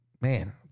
man